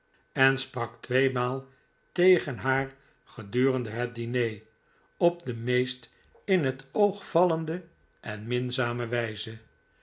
en sprak tweemaal tegen haar gedurende het diner op de meest in het oog vallende en minzaamste wijze